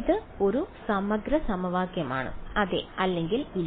ഇത് ഒരു സമഗ്ര സമവാക്യമാണ് അതെ അല്ലെങ്കിൽ ഇല്ല